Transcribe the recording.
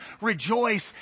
rejoice